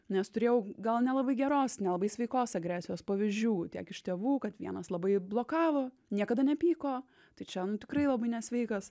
nes turėjau gal nelabai geros nelabai sveikos agresijos pavyzdžių tiek iš tėvų kad vienas labai blokavo niekada nepyko tai čia nu tikrai labai nesveikas